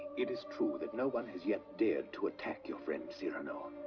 it is true that no one has yet dared to attack your friend cyrano.